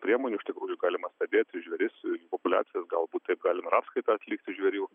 priemonių iš tikrųjų galima stebėti žvėris jų populiacijas galbūt taip galim ir apskaitą atlikti žvėrių